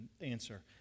answer